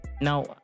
now